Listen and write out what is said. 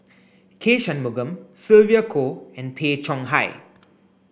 K Shanmugam Sylvia Kho and Tay Chong Hai